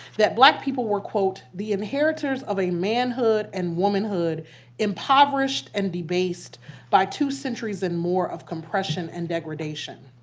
that black people were quote, the inheritors of a manhood and womanhood impoverished and de-based by two centuries and more of compression and degradation.